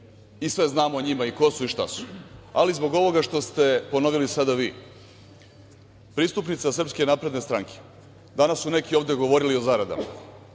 i sve znamo o njima i ko su i šta su, ali zbog ovoga što ste ponovili sada vi. Pristupnica Srpske napredne stranke. Danas su neki ovde govorili o zaradama.